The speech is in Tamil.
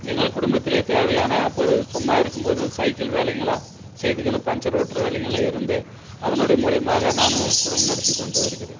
எங்கள் குடும்பத்திலேயே தேவையான தற்பொழுது சும்மா இருக்கும்போது சைக்கிள் வேலைகளோ செய்திக்கின்னு பஞ்சர் ஒட்டுற வேலைகள்ல இருந்து அதனுடைய மூலயமாக நான் குடும்பம் நடத்திக்கொண்டு வருகிறேன்